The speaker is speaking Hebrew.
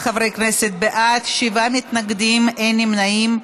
47 חברי כנסת בעד, שבעה מתנגדים, אין נמנעים.